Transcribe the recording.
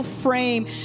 Frame